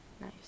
Nice